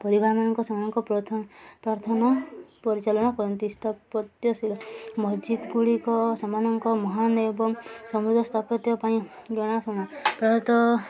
ପରିବାର ମାନଙ୍କ ସେମାନଙ୍କ ପ୍ରାର୍ଥନା ପରିଚାଳନା କରନ୍ତି ସ୍ଥାପତ୍ୟଶୀଳ ମସଜିଦ ଗୁଡ଼ିକ ସେମାନଙ୍କ ମହାନ ଏବଂ ସମୁଦ ସ୍ଥାପତ୍ୟ ପାଇଁ ଜଣା ସମୟ ପ୍ରାୟତଃ